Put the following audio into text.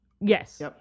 Yes